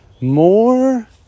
more